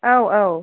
औ औ